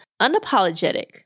unapologetic